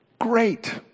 great